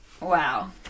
Wow